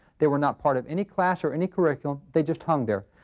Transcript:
they were not part of any class or any curriculum. they just hung there.